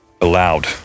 allowed